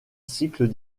cycles